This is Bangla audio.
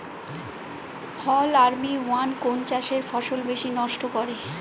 ফল আর্মি ওয়ার্ম কোন চাষের ফসল বেশি নষ্ট করে?